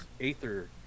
aether